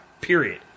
period